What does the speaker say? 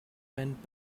went